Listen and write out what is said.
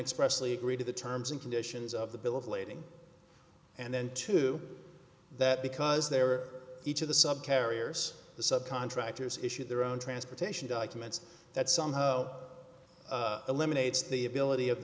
express lee agreed to the terms and conditions of the bill of lading and then to that because they are each of the sub carriers the sub contractors issue their own transportation documents that somehow eliminates the ability of